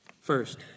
First